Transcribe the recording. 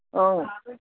ಹ್ಞೂ